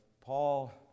Paul